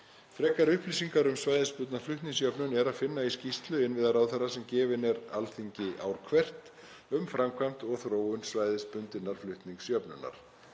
Frekari upplýsingar um svæðisbundna flutningsjöfnun er að finna í skýrslu innviðaráðherra sem gefin er Alþingi ár hvert um framkvæmd og þróun svæðisbundinnar flutningsjöfnunar.